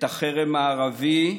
את החרם הערבי,